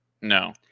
No